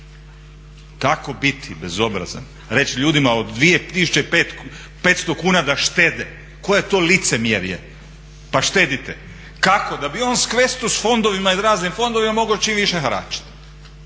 Tako biti bezobrazan, reći ljudi od 2500 kuna da štede. Koje je to licemjerje pa štedite. Kako? Da bi on s Questus fondovima i raznim fondovima mogao čim više haračiti.